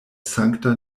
sankta